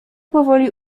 powoli